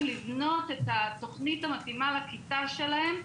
לבנות את התוכנית המתאימה לכיתה שלהם,